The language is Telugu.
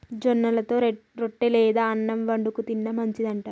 జొన్నలతో రొట్టె లేదా అన్నం వండుకు తిన్న మంచిది అంట